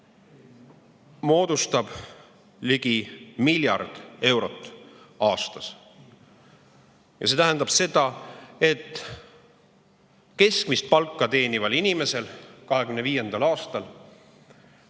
moodustab ligi miljard eurot aastas. See tähendab seda, et keskmist palka teenival inimesel jääb 2025. aastal